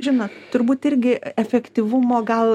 žino turbūt irgi efektyvumo gal